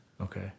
Okay